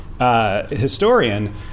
historian